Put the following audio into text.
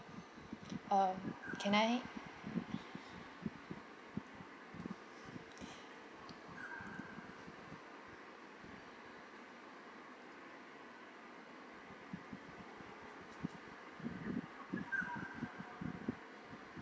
um can I